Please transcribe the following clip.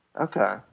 Okay